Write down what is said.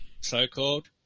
so-called